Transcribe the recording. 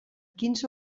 quinze